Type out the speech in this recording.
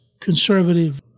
conservative